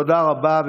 תודה רבה.